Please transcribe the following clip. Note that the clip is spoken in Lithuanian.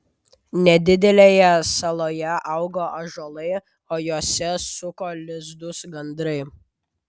nedidelėje saloje augo ąžuolai o juose suko lizdus gandrai